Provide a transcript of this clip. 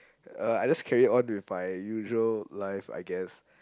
uh I just carry on with my usual life I guess